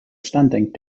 standing